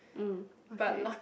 uh okay